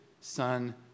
son